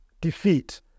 defeat